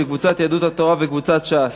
של קבוצת יהדות התורה וקבוצת ש"ס.